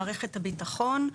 מערכת הביטחון,